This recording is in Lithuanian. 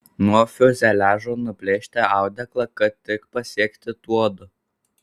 nuo fiuzeliažo nuplėšti audeklą kad tik pasiekti tuodu